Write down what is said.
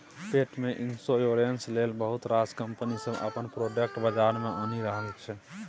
पेट इन्स्योरेन्स लेल बहुत रास कंपनी सब अपन प्रोडक्ट बजार मे आनि रहल छै